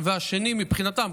מבחינתם,